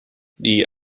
die